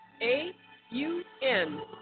A-U-N